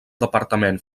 departament